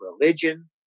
religion